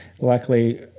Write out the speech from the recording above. luckily